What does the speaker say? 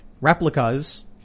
replicas